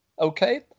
Okay